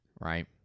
Right